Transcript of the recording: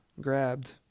grabbed